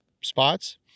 spots